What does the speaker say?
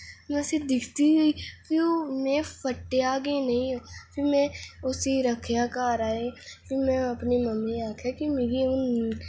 में उसी दिकदी गेई ते में ओह् फट्टेआ गै नेईं ते फ्ही में उसी रक्खेआ घर आे ते में अपनी मम्मी गी आक्खेआ कि में हून